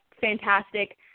fantastic